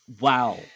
Wow